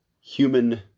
human